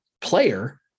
player